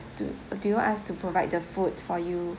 to do you want us to provide the food for you